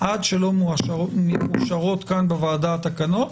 עד שלא מאושרות כאן בוועדה התקנות.